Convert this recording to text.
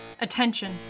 Attention